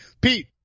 Pete